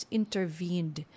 intervened